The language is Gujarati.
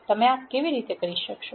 તમે આ કેવી રીતે કરો છો